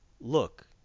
look